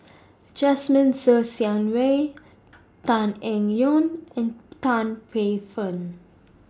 Jasmine Ser Xiang Wei Tan Eng Yoon and Tan Paey Fern